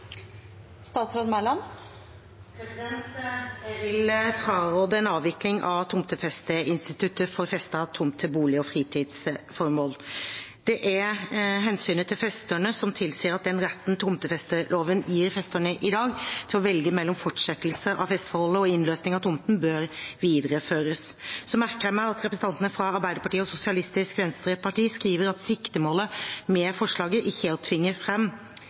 Jeg vil fraråde en avvikling av tomtefesteinstituttet for feste av tomt til bolig- og fritidsformål. Det er hensynet til festerne som tilsier at den retten tomtefesteloven gir festerne i dag til å velge mellom fortsettelse av festeforholdet og innløsning av tomten, bør videreføres. Jeg merker meg at representantene fra Arbeiderpartiet og Sosialistisk Venstreparti skriver at siktemålet med forslaget ikke er å tvinge